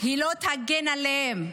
היא לא תגן עליהן.